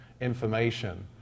information